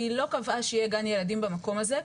היא לא קבעה שיהיה גן ילדים במקום הזה.